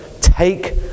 take